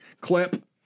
Clip